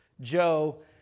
Joe